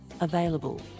available